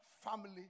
family